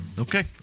Okay